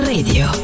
Radio